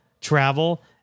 travel